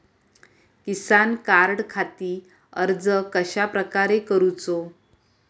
किसान कार्डखाती अर्ज कश्याप्रकारे करूचो?